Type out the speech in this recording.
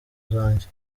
zanjye